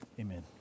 Amen